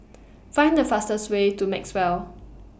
Find The fastest Way to Maxwell